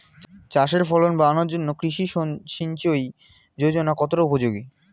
চাষের ফলন বাড়ানোর জন্য কৃষি সিঞ্চয়ী যোজনা কতটা উপযোগী?